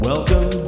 Welcome